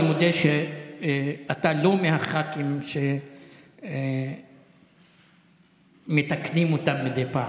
אני מודה שאתה לא מהח"כים שמתקנים אותם מדי פעם.